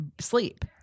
sleep